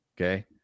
okay